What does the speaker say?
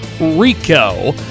Rico